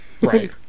Right